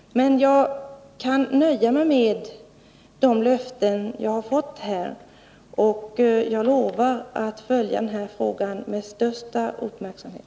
Men jag kan nöja mig med de löften jag har fått här. Jag lovar att följa den här frågan med största uppmärksamhet.